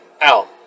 out